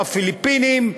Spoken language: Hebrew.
הפיליפינים,